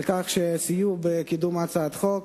על כך שסייעו בקידום הצעת החוק.